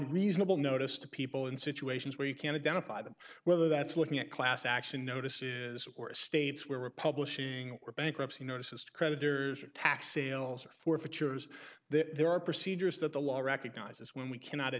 reasonable notice to people in situations where you can identify them whether that's looking at class action notices or states where we're publishing or bankruptcy notices to creditors or tax sales or forfeitures that there are procedures that the law recognizes when we cannot